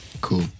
cool